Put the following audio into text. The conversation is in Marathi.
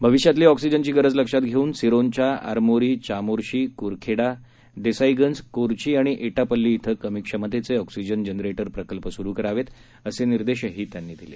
भविष्यातली ऑक्सिजनची गरज लक्षात घेऊन सिरोंचा आरमोरी चामोर्शी क्रखेडा देसाईगंज कोरची आणि एटापल्ली इथं कमी क्षमतेचे ऑक्सिजन जनरेटर प्रकल्प स्रू करावेत असे निर्देशही त्यांनी दिले